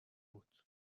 بود